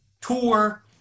tour